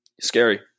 Scary